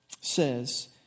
says